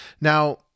Now